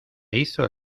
hizo